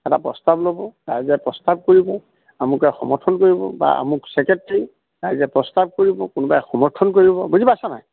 এটা প্ৰস্তাৱ ল'ব ৰাইজে প্ৰস্তাৱ কৰিব আমুকে সমৰ্থন কৰিব বা আমুক ছেক্ৰেটাৰী ৰাইজে প্ৰস্তাৱ কৰিব কোনোবাই সমৰ্থন কৰিব বুজি পাইছা নাই